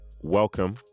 Welcome